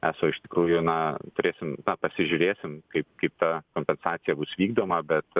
eso iš tikrųjų na turėsim na pasižiūrėsim kaip kaip ta kompensacija bus vykdoma bet